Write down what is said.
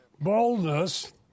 Boldness